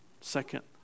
second